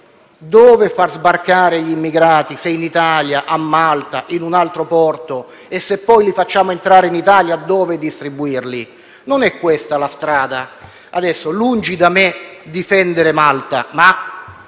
dove far sbarcare gli immigrati (in Italia, a Malta o in un altro porto) né, se poi li facciamo entrare in Italia, dove distribuirli. Non è questa la strada. Lungi da me difendere Malta, ma